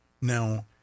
now